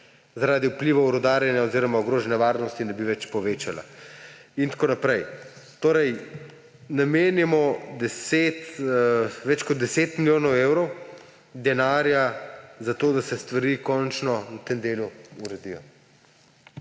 zaradi vplivov rudarjenja oziroma ogrožanja varnosti ne bi več povečala. Torej namenjamo več kot 10 milijonov evrov denarja za to, da se stvari končno na tem delu uredijo.